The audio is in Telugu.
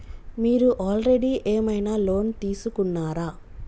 మీరు ఆల్రెడీ ఏమైనా లోన్ తీసుకున్నారా?